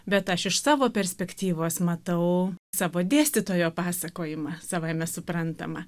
bet aš iš savo perspektyvos matau savo dėstytojo pasakojimą savaime suprantama